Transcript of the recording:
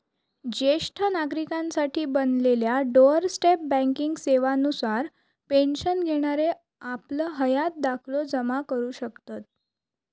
ज्येष्ठ नागरिकांसाठी बनलेल्या डोअर स्टेप बँकिंग सेवा नुसार पेन्शन घेणारे आपलं हयात दाखलो जमा करू शकतत